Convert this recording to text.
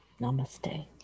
namaste